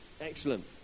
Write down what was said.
Excellent